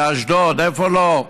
באשדוד, איפה לא?